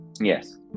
Yes